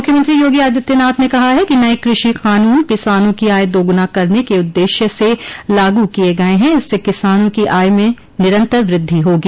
मुख्यमंत्री योगी आदित्यनाथ ने कहा है कि नये कृषि कानून किसानों की आय दोगुना करने के उददेश्य से लागू किये गये हैं इससे किसानों की आय में निरन्तर वृद्धि होगी